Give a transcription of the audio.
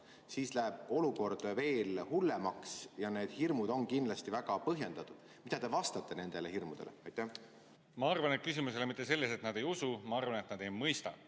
siis läheb olukord veel hullemaks. Ja need hirmud on kindlasti väga põhjendatud. Mida te vastate nendele hirmudele? Ma arvan, et küsimus ei ole mitte selles, et nad ei usu, ma arvan, et nad ei mõista.